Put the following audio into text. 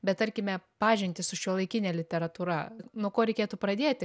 bet tarkime pažintį su šiuolaikine literatūra nuo ko reikėtų pradėti